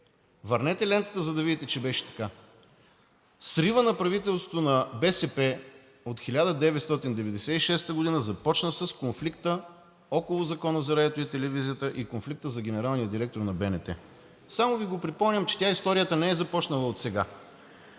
Върнете лентата, за да видите, че беше така. Сривът на правителството на БСП от 1996 г. започна с конфликта около Закона за радиото и телевизията и конфликта за генералния директор на БНТ. Само Ви припомням, че историята не е започнала отсега.